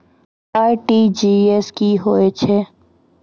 RTGS की होय छै?